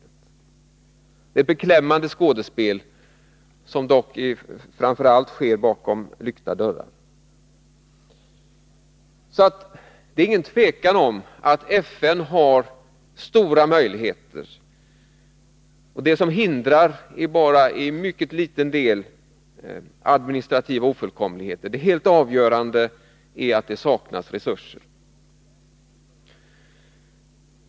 Det är ett beklämmande skådespel som dock framför allt sker bakom lyckta dörrar. Det är inget tvivel om att FN har stora möjligheter. Vad som hindrar arbetet är till en mycket liten del administrativa ofullkomligheter; det helt avgörande är att det saknas resurser.